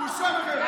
אני הולך.